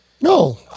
No